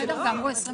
תכתבו ארבע שנים.